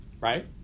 Right